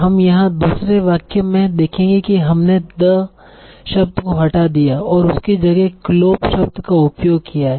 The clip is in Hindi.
हम यहां दूसरे वाक्य में देखेंगे की हमने 'द' शब्द को हटा दिया और उसकी जगह ग्लोप शब्द का उपयोग किया है